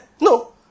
No